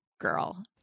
Girl